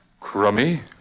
Crummy